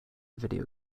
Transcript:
video